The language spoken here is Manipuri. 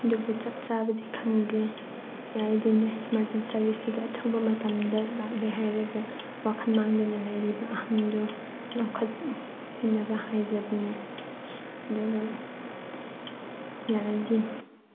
ꯑꯗꯨꯕꯨ ꯆꯞ ꯆꯥꯕꯗꯤ ꯈꯪꯗ꯭ꯔꯤ ꯌꯥꯔꯗꯤ ꯅꯣꯏ ꯏꯃꯥꯔꯖꯦꯟꯁꯤ ꯁꯥꯔꯕꯤꯁꯇꯨꯗ ꯑꯊꯨꯕ ꯃꯇꯝꯗ ꯂꯥꯛꯂꯦ ꯍꯥꯏꯔꯒ ꯋꯥꯈꯟ ꯃꯥꯡꯗꯨꯅ ꯂꯩꯔꯤꯕ ꯑꯍꯟꯗꯨ ꯂꯧꯈꯠꯄꯤꯅꯕ ꯍꯥꯏꯖꯕꯅꯤ ꯑꯗꯨꯒ ꯌꯥꯔꯗꯤ